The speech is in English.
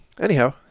anyhow